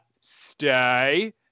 stay